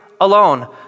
alone